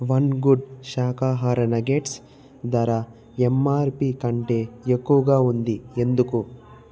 one Good శాఖాహార nuggets ధర MRP కంటే ఎక్కువగా ఉంది ఎందుకు